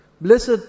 Blessed